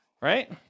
right